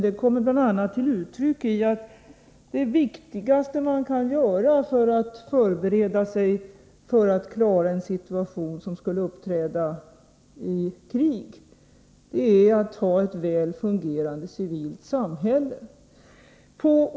Det kommer bl.a. till uttryck i åsikten att det viktigaste man kan göra för att förbereda sig för att klara den situation som skulle följa av ett krig är att ha ett på olika sätt väl fungerande civilt samhälle.